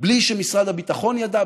בלי שמשרד הביטחון ידע,